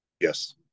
yes